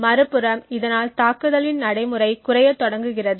மறுபுறம் இதனால் தாக்குதலின் நடைமுறை குறையத் தொடங்குகிறது